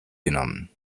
genommen